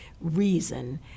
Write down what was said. reason